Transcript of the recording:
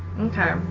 Okay